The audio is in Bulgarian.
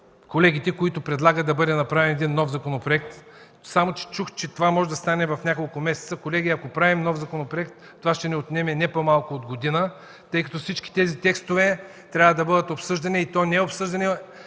колегите, които предлагат да бъде направен един нов законопроект, само че чух, че това може да стане в няколко месеца. Колеги, ако правим нов законопроект, това ще ни отнеме не по-малко от година, тъй като всички тези текстове трябва да бъдат обсъждани, и то не обсъждани